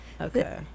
Okay